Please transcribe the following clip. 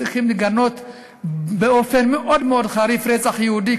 צריכים לגנות באופן מאוד מאוד חריף רצח יהודי,